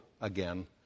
again